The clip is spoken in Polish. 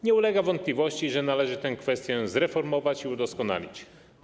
Nie ulega wątpliwości, że należy tę kwestię zreformować i udoskonalić.